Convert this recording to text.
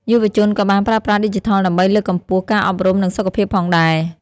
យុវជនក៏បានប្រើប្រាស់ឌីជីថលដើម្បីលើកកម្ពស់ការអប់រំនិងសុខភាពផងដែរ។